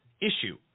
issue